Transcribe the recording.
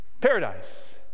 paradise